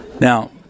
Now